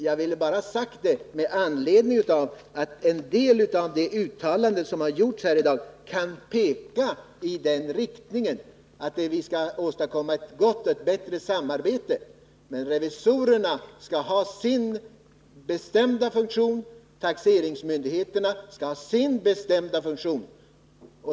Jag vill ha sagt detta bara därför att vissa uttalanden som har gjorts här i dag kan peka i den riktningen. Vi skall försöka åstadkomma ett bättre samarbete, men revisorerna skall ha sin bestämda funktion liksom taxeringsmyndigheterna sin.